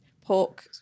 pork